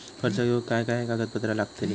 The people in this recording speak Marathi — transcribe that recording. कर्ज घेऊक काय काय कागदपत्र लागतली?